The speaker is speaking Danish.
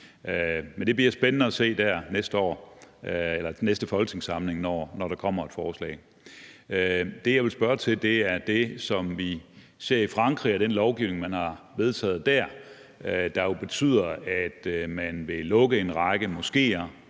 Det bliver spændende at se der til næste folketingssamling, når der kommer et forslag. Det, jeg vil spørge til, er det, som vi ser i Frankrig, nemlig den lovgivning, man har vedtaget dér, der jo betyder, at man vil lukke en række moskéer